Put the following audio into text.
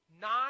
Nine